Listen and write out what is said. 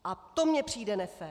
A to mně přijde nefér.